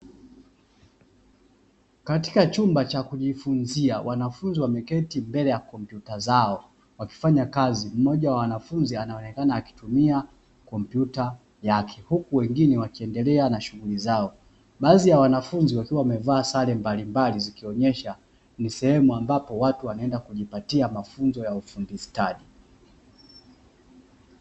Katika chumba cha kujifunzia, wanafunzi wameketi mbele ya komputa zao, wakifanya kazi moja ya wanafunzi anaonekana akitumia komputa yake, huku wengine wakiendelea na shughuli zao, baadhi ya wanafunzi wakiwa wamevaa sare mbalimbali, zikionyesha ni sehemu ambapo watu wanaenda kujipatia mafunzo ya ufundi stadi.